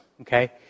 okay